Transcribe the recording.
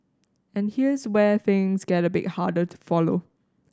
and here's where things get a bit harder to follow